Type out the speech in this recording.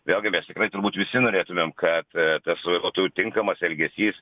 vėlgi mes tikrai turbūt visi norėtumėm kad tas vairuotojų tinkamas elgesys